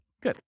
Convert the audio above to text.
Good